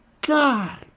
God